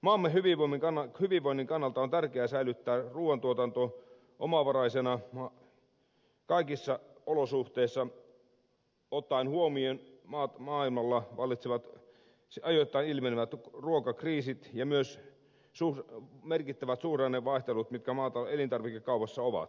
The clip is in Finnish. maamme hyvinvoinnin kannalta on tärkeää säilyttää ruuantuotanto omavaraisena kaikissa olosuhteissa ottaen huomioon maailmalla vallitsevat ajoittain ilmenevät ruokakriisit ja myös merkittävät suhdannevaihtelut mitkä elintarvikekaupassa ovat